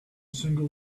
single